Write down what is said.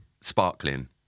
sparkling